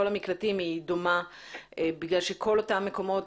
המקלטים היא דומה בגלל שכל אותם מקומות,